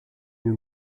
nous